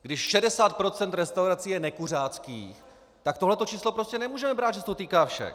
Když 60 % restaurací je nekuřáckých, tak tohle číslo prostě nemůžeme brát tak, že se to týká všech.